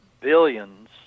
billions